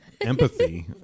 empathy